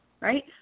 Right